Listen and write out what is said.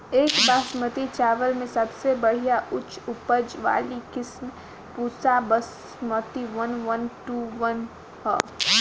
एक बासमती चावल में सबसे बढ़िया उच्च उपज वाली किस्म Pusa Basmati one one two one ह?